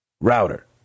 Router